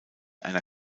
einer